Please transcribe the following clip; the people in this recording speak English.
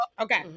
Okay